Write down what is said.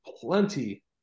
plenty